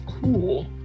Cool